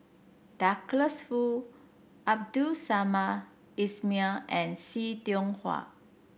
Douglas Foo Abdul Samad Ismail and See Tiong Wah